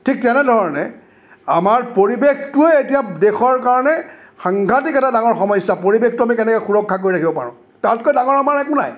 ঠিক তেনেধৰণে আমাৰ পৰিৱেশটোৱেই এতিয়া দেশৰ কাৰণে সাংঘাতিক এটা ডাঙৰ সমস্যা পৰিৱেশটো আমি কেনেকৈ সুৰক্ষা কৰি ৰাখিব পাৰোঁ তাতকৈ ডাঙৰ আমাৰ একো নাই